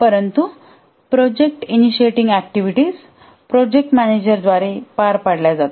परंतु project initiating activities project manager द्वारे पार पाडल्या जातात